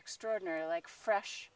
extraordinary like fresh